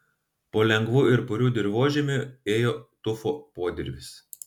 po lengvu ir puriu dirvožemiu ėjo tufo podirvis